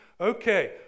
Okay